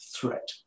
threat